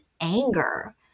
anger